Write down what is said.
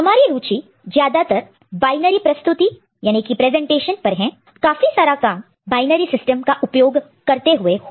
हमारी रुचि ज्यादातर बायनरी प्रस्तुति प्रेजेंटेशन presentation पर है काफी सारा काम बायनरी सिस्टम का उपयोग करते हुए होगा